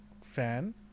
fan